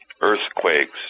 earthquakes